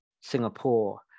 Singapore